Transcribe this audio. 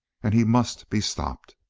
and he must be stopped!